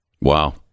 Wow